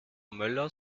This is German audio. möller